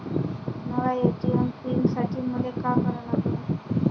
नव्या ATM pin साठी मले का करा लागन?